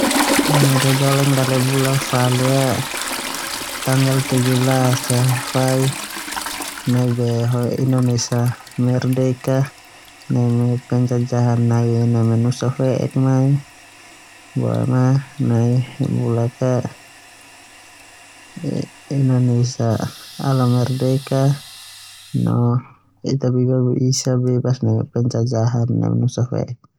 Nai au dodoleng dale bula falu ia tanggal sanahulu hitu so na faik nai be ho indonesia merdeka neme penjejahan nusa fe'ek mai boema nai bulak ia indonesia ala merdeka no bebas neme pejejahan.